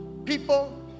people